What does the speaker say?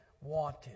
wanted